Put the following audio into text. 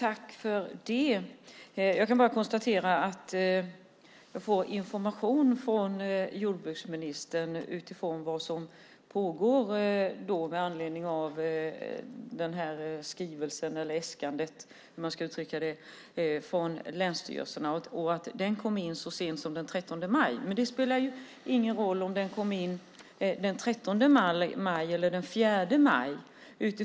Fru talman! Jag kan bara konstatera att jag får information från jordbruksministern utifrån vad som pågår med anledning av skrivelsen eller äskandet från länsstyrelserna och att den kom in så sent som den 13 maj. Men det spelar ingen roll om den kom in den 13 maj eller den 4 maj.